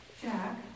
Jack